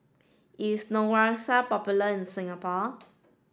is Neostrata popular in Singapore